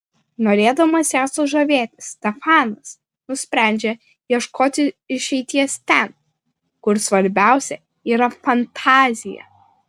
norėdamas ją sužavėti stefanas nusprendžia ieškoti išeities ten kur svarbiausia yra fantazija